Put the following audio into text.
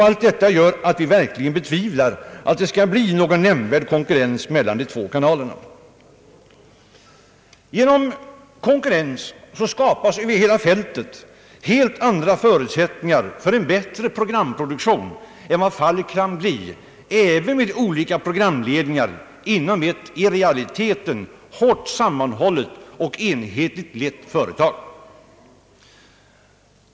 Allt detta gör att vi verkligen betvivlar att det skall bli någon nämnvärd konkurrens mellan de två kanalerna. Genom konkurrens skapas över hela fältet helt andra förutsättningar för en bättre programproduktion än vad fallet kan bli även med olika programledningar inom ett i realiteten hårt sammanhållet och enhetligt lett företag.